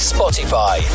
Spotify